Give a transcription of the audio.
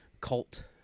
cult